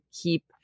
keep